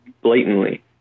blatantly